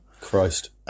Christ